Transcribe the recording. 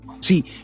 See